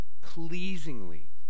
pleasingly